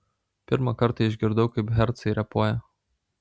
pirmą kartą išgirdau kaip hercai repuoja